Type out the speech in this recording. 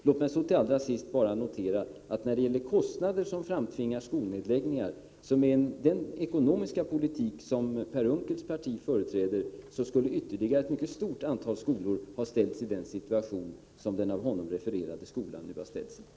Låt mig till sist bara notera att när det gäller kostnader som framtvingar skolnedläggningar, skulle med den ekonomiska politik som Per Unckels parti företräder ytterligare ett mycket stort antal skolor ha försatts i den situation som den av honom refererade skolan nu har försatts i.